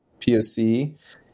POC